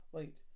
Wait